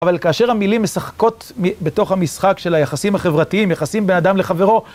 אבל כאשר המילים משחקות בתוך המשחק של היחסים החברתיים, יחסים בן אדם לחברו...